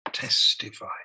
Testify